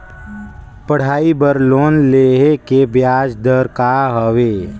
पढ़ाई बर लोन लेहे के ब्याज दर का हवे?